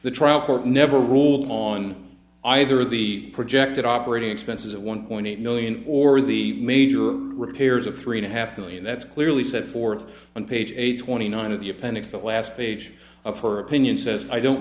the trial court never rule on either the projected operating expenses of one point eight million or the major repairs of three and a half million that's clearly set forth on page eight twenty nine of the appendix the last page of her opinion says i don't